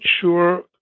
sure